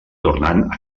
tornant